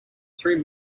through